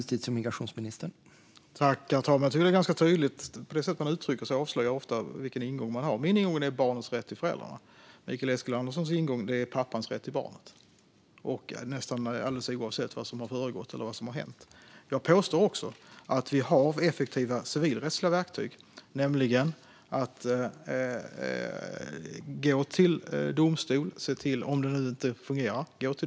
Herr talman! Det sätt man uttrycker sig på avslöjar ofta ganska tydligt vilken ingång man har, och min ingång är barnets rätt till föräldrarna. Mikael Eskilanderssons ingång är pappans rätt till barnet, nästan alldeles oavsett vad som har hänt. Jag påstår också att vi har effektiva civilrättsliga verktyg, nämligen att man går till domstol om det inte fungerar.